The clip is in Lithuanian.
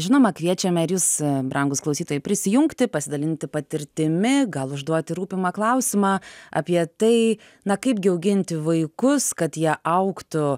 žinoma kviečiame ir jus brangūs klausytojai prisijungti pasidalinti patirtimi gal užduoti rūpimą klausimą apie tai na kaipgi auginti vaikus kad jie augtų